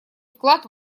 вклад